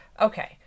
Okay